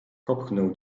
popchnął